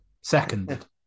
Second